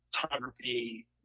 photography